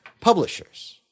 publishers